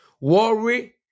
Worry